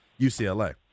UCLA